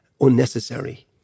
unnecessary